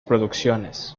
producciones